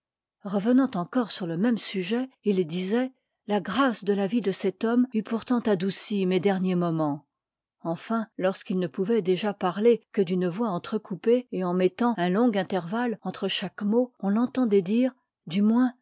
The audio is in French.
revenant encore sur le même sujet il disoit t la grâce de la vie de cet homme eût pourtant adouci mes derniers momens enfin lorsqu'il ne pouvoit déjà parler que d'une voix entrecoupée et en mettant un long intervalle entre chaque mot on l'entendoit dire du moin